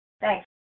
Thanks